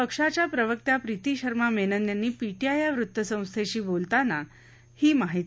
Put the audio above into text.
पक्षाच्या प्रवक्त्या प्रीती शर्मा मेनन यांनी पीटीठ्य या वृत्तसंस्थेशी बोलताना ही माहिती